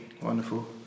Wonderful